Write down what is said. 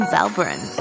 Valbrun